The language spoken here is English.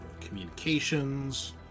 communications